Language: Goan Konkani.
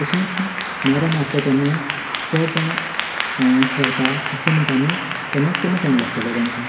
तशेंच मेरां मारतां तेन्ना चड जाणां हॅल्पाक आसली म्हणटां न्ही तेन्ना कमी टायम लागतलो तेंमकां